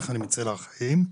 איך אני מצליחה חיים,